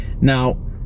Now